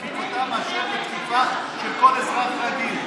תקיפתם מאשר על תקיפה של כל אזרח רגיל.